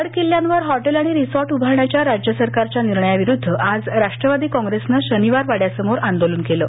गड किल्ल्यांवर हॉटेल आणि रिसॉर्ट उभारण्याच्या राज्य सरकारच्या निर्णयाविरुद्ध आज राष्ट्रवादी कॉंग्रेसनं शनिवार वाड्यासमोर आंदोलन केलं